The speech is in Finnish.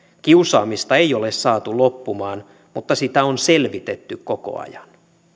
kiusaamista ei ole saatu loppumaan mutta sitä on selvitetty koko ajan